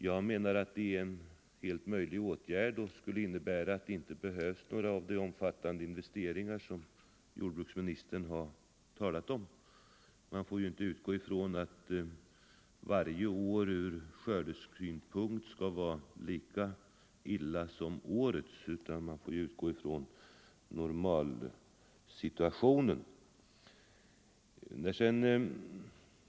Jag menar att det är en helt möjlig åtgärd och att de omfattande investeringar som jordbruksministern talat om inte skulle behövas. Man får ju inte förutsätta att varje år ur skördesynpunkt skall vara lika dåligt som innevarande år, utan man får utgå från normalsituationen.